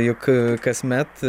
juk kasmet